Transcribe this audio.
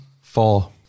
Four